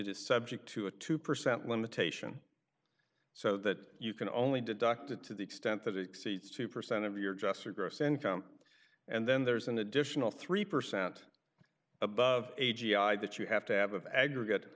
it is subject to a two percent limitation so that you can only deduct it to the extent that exceeds two percent of your just your gross income and then there's an additional three percent above a g i that you have to have of aggregate